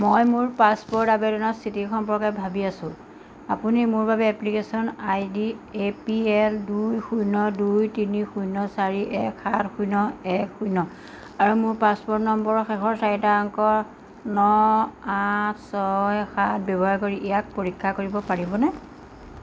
মই মোৰ পাছপোৰ্ট আবেদনৰ স্থিতি সম্পৰ্কে ভাবি আছোঁ আপুনি মোৰ বাবে application ID A P L দুই শূণ্য দুই তিনি শূণ্য চাৰি এক সাত শূণ্য এক শূণ্য আৰু মোৰ পাছপোৰ্ট নম্বৰৰ শেষৰ চাৰিটা অংক ন আঠ ছয় সাত ব্যৱহাৰ কৰি ইয়াক পৰীক্ষা কৰিব পাৰিবনে